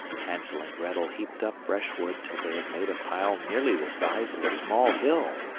hansel and grettel heaped up brushwood till they had made a pile nearly the size of a small hill.